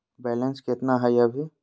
Balance केतना हय अभी?